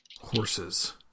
Horses